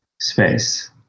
space